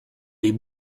des